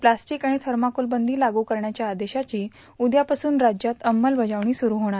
plastic आणि thermocol बंदी लागू करण्याच्या आदेशाची उद्यापासून राज्यात अंमलबजावणी सुरू होणार